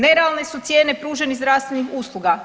Nerealne su cijene pruženih zdravstvenih usluga.